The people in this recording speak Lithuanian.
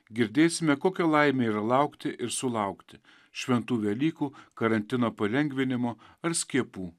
girdėsime kokia laimė ir laukti ir sulaukti šventų velykų karantino palengvinimo ar skiepų